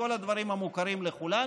כל הדברים המוכרים לכולנו,